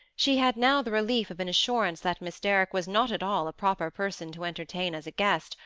she had now the relief of an assurance that miss derrick was not at all a proper person to entertain as a guest,